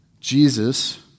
Jesus